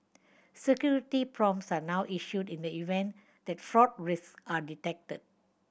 security prompts are now issued in the event that fraud risks are detected